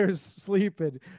sleeping